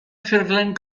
ffurflen